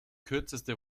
kürzeste